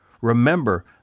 remember